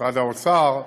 ומשרד האוצר,